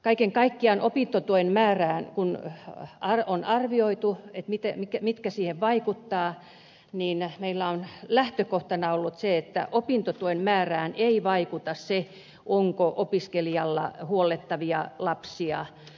kaiken kaikkiaan kun opintotuen määrää on arvioitu ja sitä mitkä seikat siihen vaikuttavat meillä on lähtökohtana ollut se että opintotuen määrään ei vaikuta se onko opiskelijalla huollettavia lapsia